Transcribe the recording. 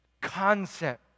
concept